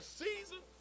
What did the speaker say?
season